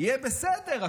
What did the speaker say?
יהיה בסדר.